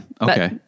Okay